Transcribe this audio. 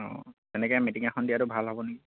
অঁ তেনেকে মিটিং এখন দিয়াটো ভাল হ'ব নেকি